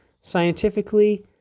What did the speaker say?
scientifically